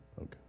Okay